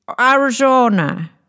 Arizona